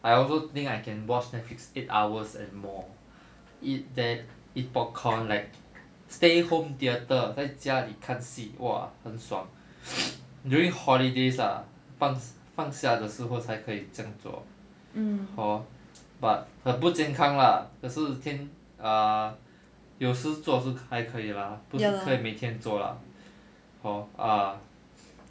I also think I can watch netflix eight hours and more eat that eat popcorn like stay home theatre 在家里看戏 !wah! 很爽 during holidays lah 放 s~ 放假的时候才可以这样做 hor but 很不健康 lah 可是天 err 有时做是还可以:you shi zuo hai ke yi lah 不是可以每天做 lah hor ah